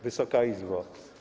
Wysoka Izbo!